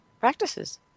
practices